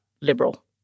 liberal